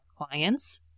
clients